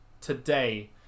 today